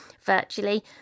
virtually